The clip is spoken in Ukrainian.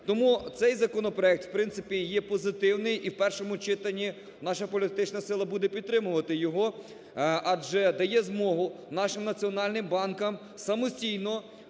Тому цей законопроект в принципі є позитивний і в першому читанні наша політична сила буде підтримувати його, адже дає змогу нашим національним банкам самостійно